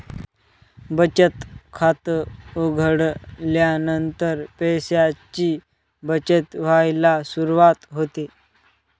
बचत खात उघडल्यानंतर पैशांची बचत व्हायला सुरवात होते